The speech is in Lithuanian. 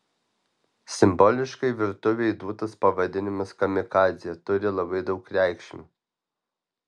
simboliškai virtuvei duotas pavadinimas kamikadzė turi labai daug reikšmių